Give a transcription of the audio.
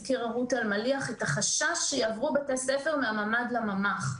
הזכירה רות אלמליח את החשש שיעברו בתי ספר מן הממ"ד לממ"ח.